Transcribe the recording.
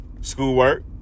Schoolwork